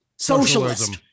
Socialism